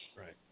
Right